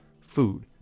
Food